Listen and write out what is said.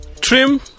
Trim